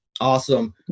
awesome